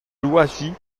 louwagie